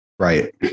Right